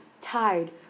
tired